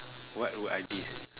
what would I be